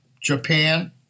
Japan